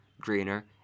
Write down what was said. greener